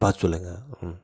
பார்த்து சொல்லுங்கள் ம்